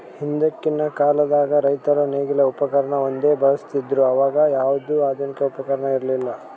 ಹಿಂದಕ್ಕಿನ್ ಕಾಲದಾಗ್ ರೈತರ್ ನೇಗಿಲ್ ಉಪಕರ್ಣ ಒಂದೇ ಬಳಸ್ತಿದ್ರು ಅವಾಗ ಯಾವ್ದು ಆಧುನಿಕ್ ಉಪಕರ್ಣ ಇರ್ಲಿಲ್ಲಾ